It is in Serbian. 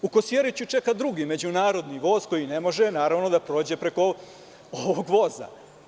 U Kosjeriću čeka drugi međunarodni voz koji ne može da prođe preko ovog voza.